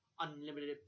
unlimited